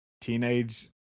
teenage